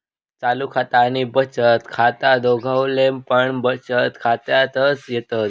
चालू खाता आणि बचत खाता दोघवले पण बचत खात्यातच येतत